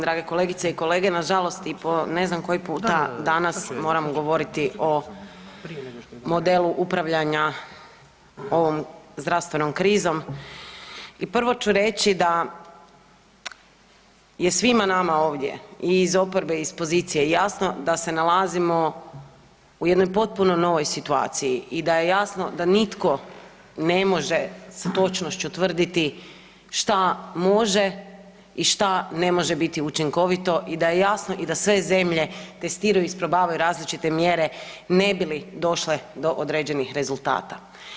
Drage kolegice i kolege, nažalost i po ne znam koji puta danas moramo govoriti o modelu upravljanja ovom zdravstvenom krizom i prvo ću reći da je svima nama ovdje i iz oporbe i iz pozicije jasno da se nalazimo u jednoj potpuno novoj situaciji i da je jasno da nitko ne može s točnošću tvrditi što može i što ne može biti učinkovito i da je jasno da sve zemlje testiraju, isprobavaju različite mjere ne bi li došle do određenih rezultata.